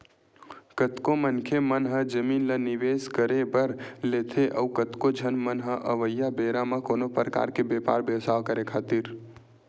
कतको मनखे मन ह जमीन ल निवेस करे बर लेथे अउ कतको झन मन ह अवइया बेरा म कोनो परकार के बेपार बेवसाय करे खातिर